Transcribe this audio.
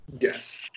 Yes